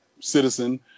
citizen